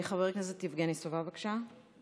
חבר הכנסת יבגני סובה, בבקשה.